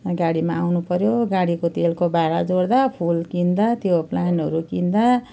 गाडीमा आउनु पर्यो गाडीको तेलको भाडा जोड्दा फुल किन्दा त्यो प्लान्टहरू किन्दा